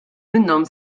minnhom